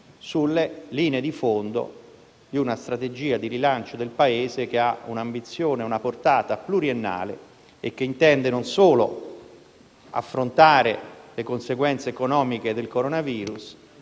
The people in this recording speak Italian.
sulle linee di fondo di una strategia di rilancio del Paese, che ha un'ambizione e una portata pluriennale e che intende non solo affrontare le conseguenze economiche del coronavirus,